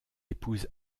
épouse